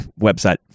website